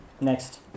Next